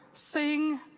sing,